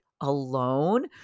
alone